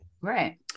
Right